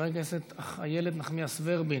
חברת הכנסת איילת נחמיאס ורבין,